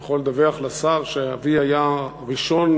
אני יכול לדווח לשר שאבי היה ראשון